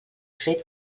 fet